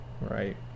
right